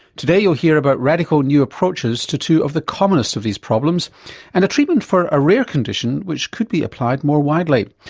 today you'll hear about radical new approaches to two of the commonest of these problems and a treatment for a rare condition which could be applied more widely.